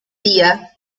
día